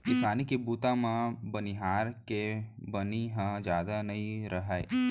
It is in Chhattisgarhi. किसानी के बूता म बनिहार के बनी ह जादा नइ राहय